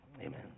Amen